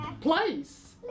place